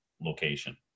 location